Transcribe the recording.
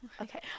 Okay